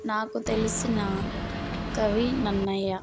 నాకు తెలిసిన కవి నన్నయ్య